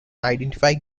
identify